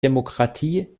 demokratie